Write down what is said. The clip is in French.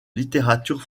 littérature